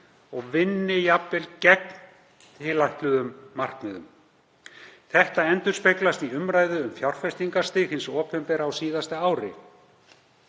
og vinni jafnvel gegn tilætluðum markmiðum. Þetta endurspeglast í umræðu um fjárfestingastig hins opinbera á síðasta ári.